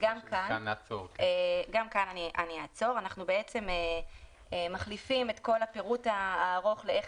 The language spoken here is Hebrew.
" כאן אנחנו מחליפים את כל הפירוט הארוך שאומר איך